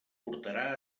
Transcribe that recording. portarà